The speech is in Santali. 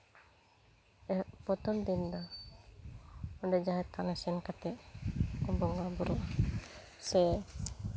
ᱮᱦᱚᱵ ᱯᱨᱚᱛᱷᱚᱢ ᱫᱤᱱ ᱫᱚ ᱚᱸᱰᱮ ᱡᱟᱦᱮᱨ ᱛᱷᱟᱱᱨᱮ ᱥᱮᱱ ᱠᱟᱛᱮ ᱠᱚ ᱵᱚᱸᱜᱟᱼᱵᱳᱨᱳᱜᱼᱟ ᱥᱮ